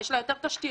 ויש לה יותר תשתיות,